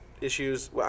issues